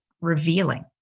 revealing